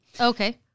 Okay